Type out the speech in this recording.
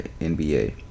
NBA